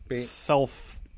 self